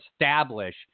establish